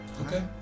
Okay